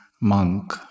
monk